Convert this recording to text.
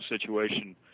situation